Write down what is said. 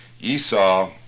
Esau